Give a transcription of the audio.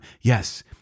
Yes